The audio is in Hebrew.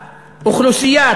אוכלוסייה,